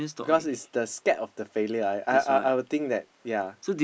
cause it's the scared of the failure I I I would think that ya